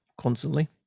constantly